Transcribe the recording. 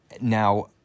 now